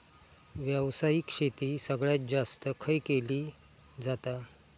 व्यावसायिक शेती सगळ्यात जास्त खय केली जाता?